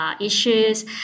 issues